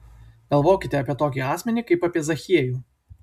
galvokite apie tokį asmenį kaip apie zachiejų